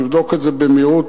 תבדוק את זה במהירות,